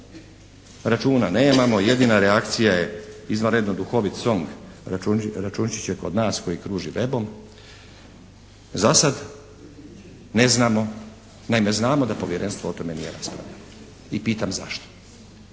Računa nemamo, jedina reakcija je izvanredno duhovit song računčića kod nas koji kruži webom. Za sad ne znamo, naime znamo da Povjerenstvo o tome nije raspravljalo, i pitam zašto.